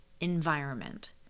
environment